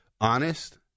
honest